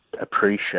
appreciate